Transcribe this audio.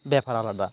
ব্যাপার আলাদা